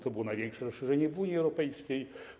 To było największe rozszerzenie Unii Europejskiej.